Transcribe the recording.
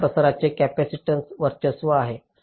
त्या प्रसाराचे कॅपेसिटन्स वर्चस्व आहे